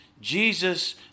Jesus